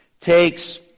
takes